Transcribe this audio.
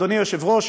אדוני היושב-ראש.